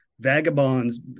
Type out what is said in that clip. Vagabonds